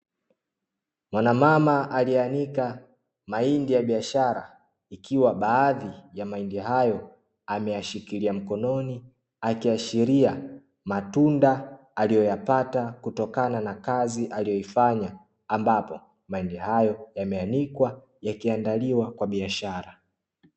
Mwanamama aliyeanika mahindi ya biashara ikiwa baadhi ya mahindi hayo ameyashikilia mkononi, akiashiria matunda aliyoyapata kutokana na kazi aliyoifanya. Ambapo mahindi hayo yameanikwa, yakiandaliwa kwa biashara.